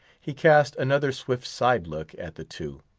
he cast another swift side-look at the two.